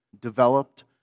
developed